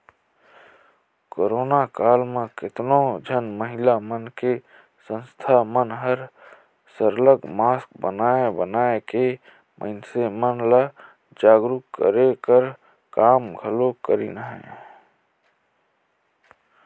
corona काल म केतनो झन महिला मन के संस्था मन हर सरलग मास्क बनाए बनाए के मइनसे मन ल जागरूक करे कर काम घलो करिन अहें